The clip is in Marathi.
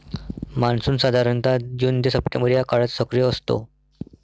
मान्सून साधारणतः जून ते सप्टेंबर या काळात सक्रिय असतो